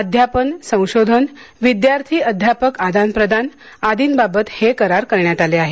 अध्यापन संशोधन विद्यार्थी अध्यापक आदानप्रदान आदिंबाबत हे करार करण्यात आले आहेत